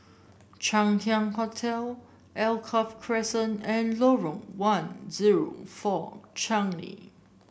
Chang Ziang Hotel Alkaff Crescent and Lorong one zero four Changi